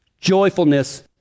Joyfulness